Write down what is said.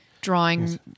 drawing